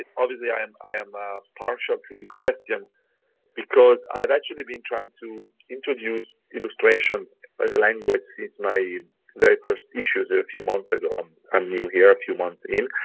and obviously, i am ah partial to this question because i've actually been trying to introduce illustration or the language since my very first issues a few months ago. i'm i'm new here, a few months in.